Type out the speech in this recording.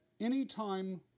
anytime